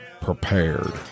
prepared